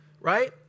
right